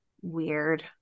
weird